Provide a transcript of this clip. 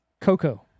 Coco